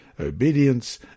obedience